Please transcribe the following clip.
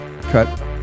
Cut